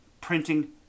printing